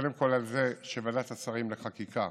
קודם כול על זה שוועדת השרים לחקיקה